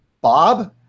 bob